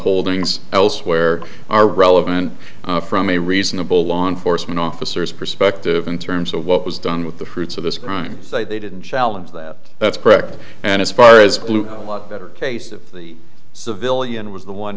holdings elsewhere are relevant from a reasonable law enforcement officers perspective in terms of what was done with the fruits of this crime they didn't challenge that that's correct and as far as a lot better case of the civilian was the one